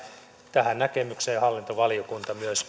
tähän näkemykseen myös